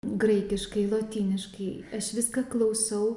graikiškai lotyniškai aš viską klausau